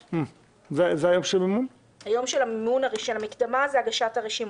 היום של מימון המקדמה הוא יום הגשת הרשימות.